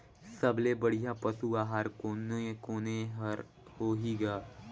सबले बढ़िया पशु आहार कोने कोने हर होही ग?